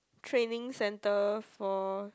training centre for